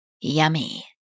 Yummy